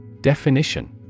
Definition